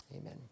amen